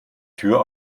tür